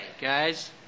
guys